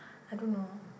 I don't know